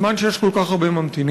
בזמן שיש כל כך הרבה ממתינים.